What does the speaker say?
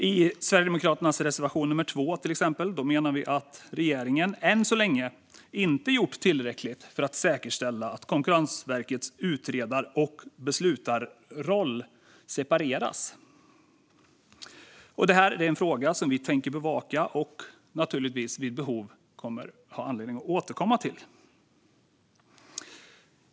I Sverigedemokraternas reservation 2 menar vi att regeringen än så länge inte gjort tillräckligt för att säkerställa att Konkurrensverkets utredar och beslutsroller separeras. Detta är en fråga som vi tänker bevaka och naturligtvis vid behov kommer att få anledning att återkomma till.